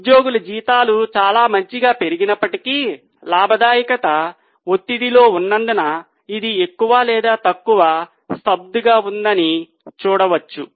ఉద్యోగుల జీతాలు చాలా మంచిగా పెరిగినప్పటికీ లాభదాయకత ఒత్తిడిలో ఉన్నందున ఇది ఎక్కువ లేదా తక్కువ స్తబ్దంగా ఉందని మీరు చూడవచ్చు